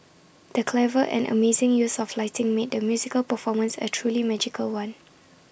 the clever and amazing use of lighting made the musical performance A truly magical one